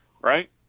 Right